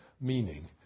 meaning